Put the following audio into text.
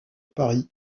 paris